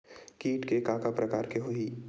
कीट के का का प्रकार हो होही?